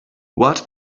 what